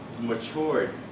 matured